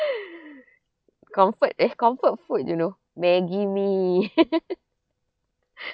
comfort eh comfort food you know maggie mee